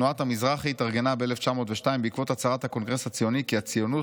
תנועת המזרחי התארגנה ב-1902 בעקבות הצהרת הקונגרס הציוני כי 'הציונות,